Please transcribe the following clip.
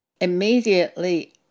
Immediately